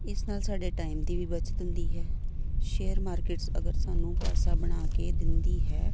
ਇਸ ਨਾਲ ਸਾਡੇ ਟਾਈਮ ਦੀ ਵੀ ਬੱਚਤ ਹੁੰਦੀ ਹੈ ਸ਼ੇਅਰ ਮਾਰਕੀਟਸ ਅਗਰ ਸਾਨੂੰ ਪੈਸਾ ਬਣਾ ਕੇ ਦਿੰਦੀ ਹੈ